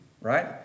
right